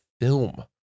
film